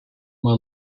uma